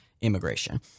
immigration